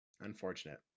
Unfortunate